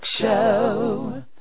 show